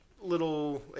little